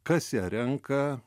kas ją renka